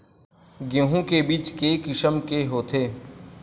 गेहूं के बीज के किसम के होथे?